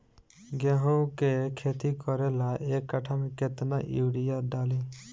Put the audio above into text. गेहूं के खेती करे ला एक काठा में केतना युरीयाँ डाली?